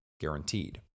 guaranteed